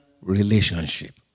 relationship